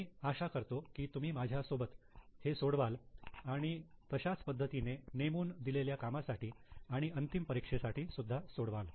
मी आशा करतो की तुम्ही माझ्यासोबत हे सोडवाल आणि तशाच पद्धतीने नेमून दिलेल्या कामासाठी आणि अंतिम परीक्षेसाठी सुद्धा सोडवाल